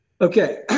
Okay